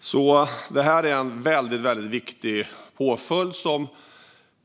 Skyddstillsyn är alltså en viktig påföljd, som